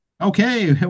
Okay